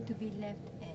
to be left at